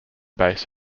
base